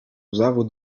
zawód